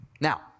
now